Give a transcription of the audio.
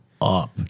up